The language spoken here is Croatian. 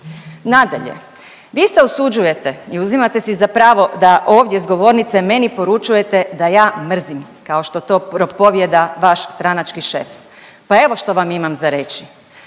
Nadalje, vi se usuđujete i uzimate si za pravo da ovdje s govornice meni poručujete da ja mrzim kao što to propovijeda vaš stranački šef, pa evo što vam imam za reći.